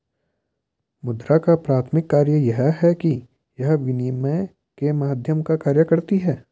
मुद्रा का प्राथमिक कार्य यह है कि यह विनिमय के माध्यम का कार्य करती है